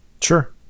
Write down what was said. Sure